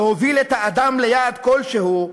"להוביל את האדם ליעד כלשהו,